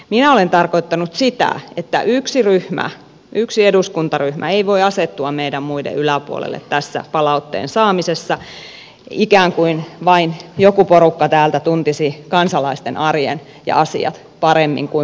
minä olen tarkoittanut sitä että yksi ryhmä yksi eduskuntaryhmä ei voi asettua meidän muiden yläpuolelle tässä palautteen saamisessa ikään kuin vain joku porukka täältä tuntisi kansalaisten arjen ja asiat paremmin kuin me muut